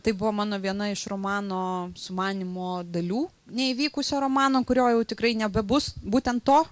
tai buvo mano viena iš romano sumanymo dalių neįvykusio romano kurio jau tikrai nebebus būtent to